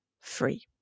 free